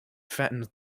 fattens